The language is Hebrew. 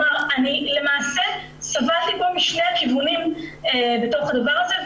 אני למעשה סבלתי פה משני הכיוונים בתוך הדבר הזה,